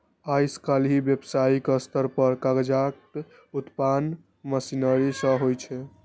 आइकाल्हि व्यावसायिक स्तर पर कागजक उत्पादन मशीनरी सं होइ छै